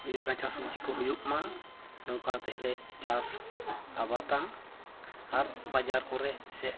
ᱦᱩᱭᱩᱜ ᱠᱟᱸᱪᱟ ᱥᱚᱵᱽᱡᱤ ᱠᱚ ᱦᱩᱭᱩᱜ ᱢᱟ ᱱᱚᱝᱠᱟ ᱠᱟᱛᱮᱫ ᱞᱮ ᱪᱟᱥ ᱟᱵᱟᱫᱟ ᱟᱨ ᱵᱟᱡᱟᱨ ᱠᱚᱨᱮᱫ ᱥᱮ